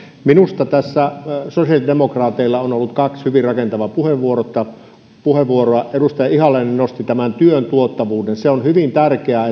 minusta sosiaalidemokraateilla on ollut kaksi hyvin rakentavaa puheenvuoroa edustaja ihalainen nosti tämän työn tuottavuuden se on hyvin tärkeää